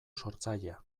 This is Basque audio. sortzailea